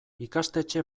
ikastetxe